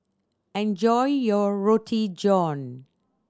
enjoy your Roti John